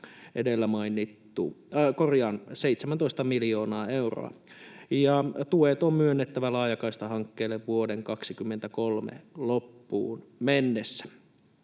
23 on käytettävissä 17 miljoonaa euroa. Tuet on myönnettävä laajakaistahankkeille vuoden 23 loppuun mennessä.